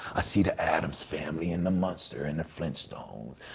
i see the addams family, and the munsters, and the flintstones.